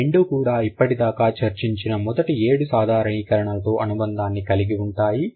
ఈ రెండూ కూడా ఇప్పటిదాకా చర్చించిన మొదటి ఏడు సాధారణీకరణ లతో అనుబంధాన్ని కలిగి ఉంటాయి